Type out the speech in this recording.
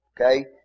Okay